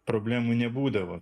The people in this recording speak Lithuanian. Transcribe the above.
problemų nebūdavo